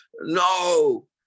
no